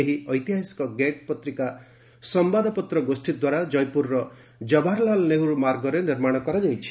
ଏହି ଐତିହାସିକ ଗେଟ୍' ପତ୍ରିକା ସମ୍ଘାଦପତ୍ର ଗୋଷ୍ଠୀ ଦ୍ୱାରା ଜୟପୁରର ଜବାହରଲାଲ ନେହେରୁ ମାର୍ଗରେ ନିର୍ମାଣ କରାଯାଇଛି